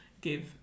Give